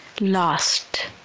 lost